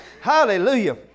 Hallelujah